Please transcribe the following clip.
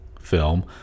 film